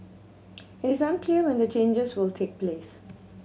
it is unclear when the changes will take place